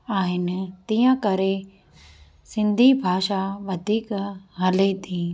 आहिनि तीअं करे सिंधी भाषा वधीक हले थी